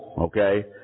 okay